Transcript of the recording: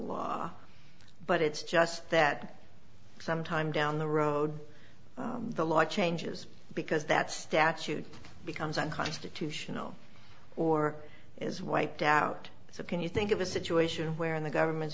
law but it's just that sometime down the road the law changes because that statute becomes unconstitutional or is wiped out so can you think of a situation where in the govern